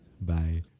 Bye